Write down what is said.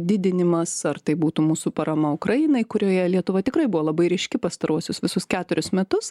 didinimas ar tai būtų mūsų parama ukrainai kurioje lietuva tikrai buvo labai ryški pastaruosius visus keturis metus